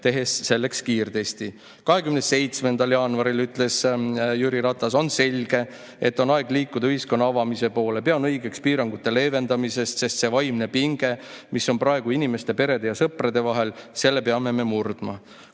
tehes selleks kiirtesti." 27. jaanuaril ütles Jüri Ratas: "On selge, et on aeg liikuda ühiskonna avamise poole. Pean õigeks piirangute leevendamist, sest see vaimne pinge, mis on praegu inimeste, perede ja sõprade vahel, selle peame me murdma."